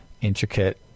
intricate